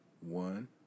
One